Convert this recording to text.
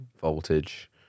voltage